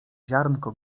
ziarnko